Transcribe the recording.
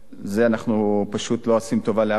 בזה אנחנו פשוט לא עושים טובה לאף אחד.